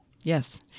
Yes